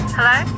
Hello